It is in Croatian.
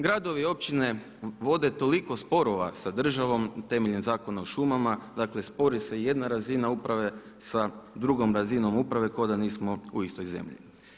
Gradovi i općine vode toliko sporova sa državom temeljem Zakona o šumama, dakle spori se jedna razina uprave sa drugom razinom uprave kao da nismo u istoj zemlji.